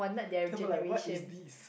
then they will be like what is this